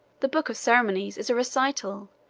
the book of ceremonies is a recital,